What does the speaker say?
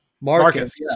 Marcus